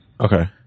Okay